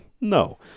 No